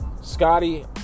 Scotty